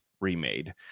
remade